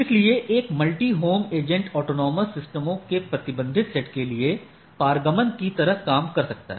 इसलिए एक multihome agent autonomous सिस्टमों के प्रतिबंधित सेट के लिए पारगमन कि तरह काम कर सकता है